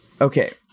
Okay